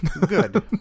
good